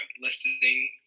listening